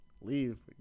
leave